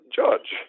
judge